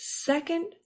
second